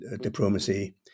diplomacy